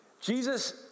Jesus